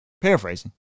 Paraphrasing